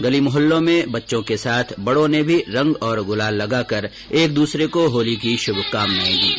गली मोहल्लों में बच्चों के साथ बड़ों ने रंग और गुलाल लगाकर एक दूसरे को होली की शुभकामनाएं दीं